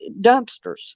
dumpsters